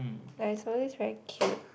like is always very cute